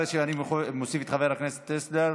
אחרי שאני מוסיף את חבר הכנסת טסלר,